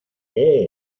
qué